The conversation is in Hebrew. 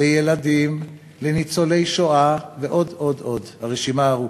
לילדים, לניצולי שואה ועוד עוד עוד, הרשימה ארוכה.